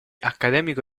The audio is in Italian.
accademico